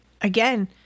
Again